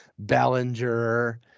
bellinger